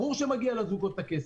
ברור שמגיע לזוגות את הכסף.